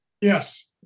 Yes